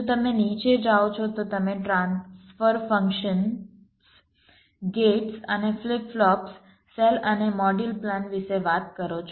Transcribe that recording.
જો તમે નીચે જાઓ છો તો તમે ટ્રાન્સફર ફંક્શન્સ ગેટ્સ અને ફ્લિપ ફ્લોપ્સ સેલ અને મોડ્યુલ પ્લાન વિશે વાત કરો છો